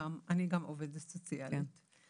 אני גם עובדת סוציאלית,